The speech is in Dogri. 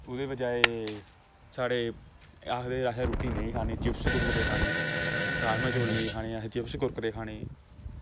ओह्दे बजाए साढ़े आखदे असें रुट्टी नेंई खानी चिप्स कुरकुरे खाने राजमा चौल नेंई खाने असैं चिप्स कुरकुरे खाने